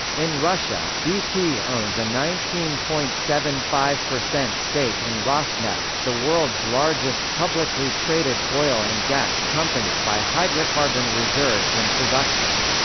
in russia, bp owns a nineteen point seven five stake in rosneft, the world's largest publicly traded oil and gas company by hydrocarbon reserves and production.